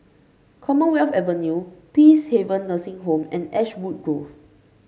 Commonwealth Avenue Peacehaven Nursing Home and Ashwood Grove